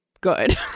good